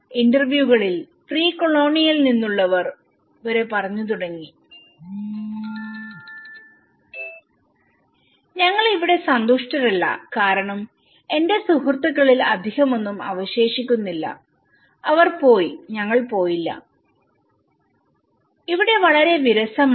ഇന്റർവ്യൂകളിൽ pre കൊളോണിയലിൽ നിന്നുള്ളവർ വരെ പറഞ്ഞുതുടങ്ങി ഞങ്ങൾ ഇവിടെ സന്തുഷ്ടരല്ല കാരണം എന്റെ സുഹൃത്തുക്കളിൽ അധികമൊന്നും അവശേഷിക്കുന്നില്ലഅവർ പോയിഞങ്ങൾ പോയില്ല ഇവിടെ വളരെ വിരസമാണ്